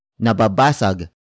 Nababasag